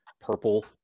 purple